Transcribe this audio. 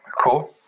cool